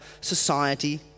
society